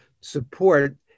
support